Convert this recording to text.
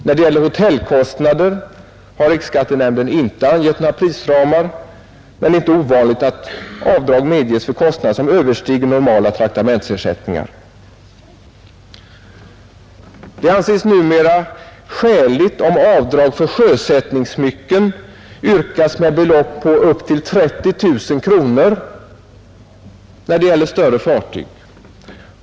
När det gäller hotellkostnader har riksskattenämnden inte angett några prisramar. Det är dock inte ovanligt att avdrag medges för kostnader som överstiger normala traktamentsersättningar. Det anses numera skäligt om avdrag för sjösättningssmycken yrkas med belopp upp till 30 000 kronor när det gäller större fartyg.